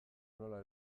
nola